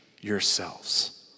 yourselves